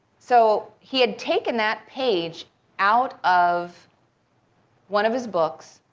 so he had taken that page out of one of his books